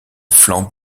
flancs